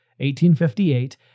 1858